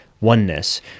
oneness